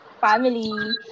family